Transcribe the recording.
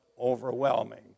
overwhelming